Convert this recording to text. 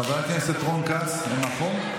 חבר הכנסת רון כץ במקום?